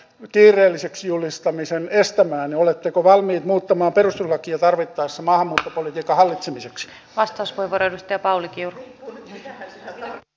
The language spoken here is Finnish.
virheelliset julistamisen estämään oletteko valmiit muuttamaan perustuslakia tarvittaessa maahanmuuttopolitiikan hallitsemiseksi vastaus voivat edistää pauli kiuru l